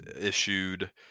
issued